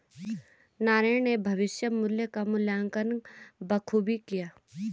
नारायण ने भविष्य मुल्य का मूल्यांकन बखूबी किया